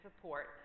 support